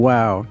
Wow